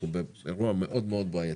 אנחנו באירוע מאוד מאוד בעייתי.